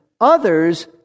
others